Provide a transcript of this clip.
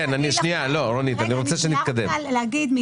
אבל אנשים באים אליה להתייעץ כי היא תזונאית בקופת חולים מכבי.